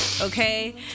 Okay